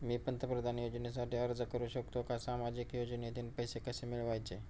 मी पंतप्रधान योजनेसाठी अर्ज करु शकतो का? सामाजिक योजनेतून पैसे कसे मिळवायचे